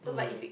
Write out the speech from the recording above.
mm